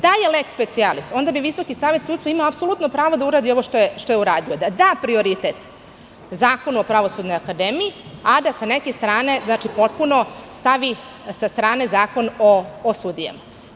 Da je "lex specialis" onda bi Visoki savet sudstva imao apsolutno pravo da uradi ovo što je uradi, da da prioritet Zakonu o Pravosudnoj akademiji, a da sa neke strane potpuno stavi sa strane Zakon o sudijama.